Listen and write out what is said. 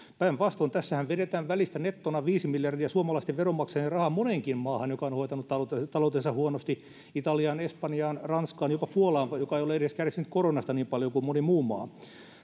päinvastoin tässähän vedetään välistä nettona viisi miljardia suomalaisten veronmaksajien rahaa moneenkin maahan jotka ovat hoitaneet taloutensa huonosti italiaan espanjaan ranskaan jopa puolaan joka ei ole edes kärsinyt koronasta niin paljon kuin moni muu maa